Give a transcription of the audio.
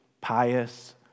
pious